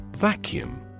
Vacuum